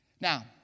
Now